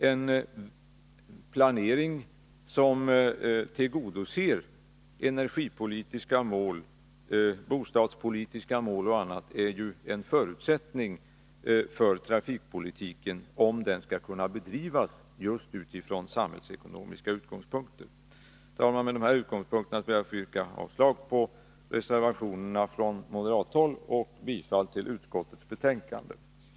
En planering som tillgodoser energipolitiska mål, bostadspolitiska mål och annat är en förutsättning för trafikpolitiken, om den skall kunna bedrivas utifrån samhällsekonomiska utgångspunkter. Herr talman! Från de här utgångspunkterna ber jag att få yrka avslag på reservationerna från moderathåll och bifall till utskottets hemställan.